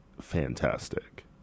fantastic